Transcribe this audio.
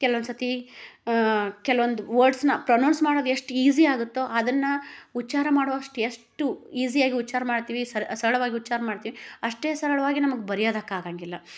ಕೆಲವೊಂದು ಸರ್ತಿ ಕೆಲವೊಂದು ವರ್ಡ್ಸ್ನ ಪ್ರೋನೌನ್ಸ್ ಮಾಡೋದು ಎಷ್ಟು ಈಝಿ ಆಗುತ್ತೋ ಅದನ್ನ ಉಚ್ಛಾರ ಮಾಡುವಷ್ಟು ಎಷ್ಟು ಈಝಿಯಾಗಿ ಉಚ್ಛಾರ ಮಾಡ್ತೀವಿ ಸರಳವಾಗಿ ಉಚ್ಛಾರ ಮಾಡ್ತೀವಿ ಅಷ್ಟೇ ಸರಳವಾಗಿ ನಮ್ಗೆ ಬರಿಯೋದಕ್ಕೆ ಆಗಂಗಿಲ್ಲ